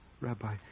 Rabbi